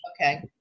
Okay